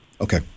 Okay